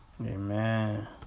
Amen